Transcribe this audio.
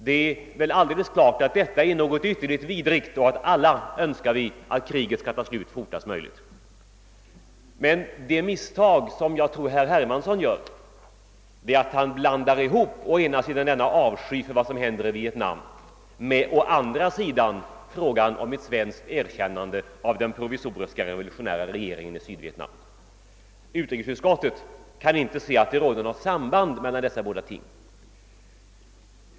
Det är väl alldeles klart att detta är någonting ytterligt vidrigt och att vi alla önskar att kriget skall ta slut fortast möjligt. Men det misstag som jag tror att herr Hermansson gör är att han blandar ihop å ena sidan denna avsky för vad som händer i Vietnam och å andra sidan frågan om ett svenskt erkännande av den provisoriska revolutionära regeringen i Sydvietnam. Utrikesutskottet kan inte finna att det råder något samband mellan dessa båda ting.